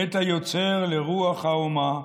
/ בית היוצר לרוח האומה,